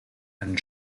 and